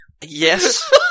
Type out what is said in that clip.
Yes